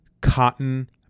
cotton